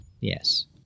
Yes